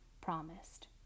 promised